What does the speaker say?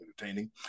entertaining